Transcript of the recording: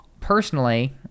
personally